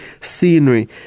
scenery